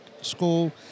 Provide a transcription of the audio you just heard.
school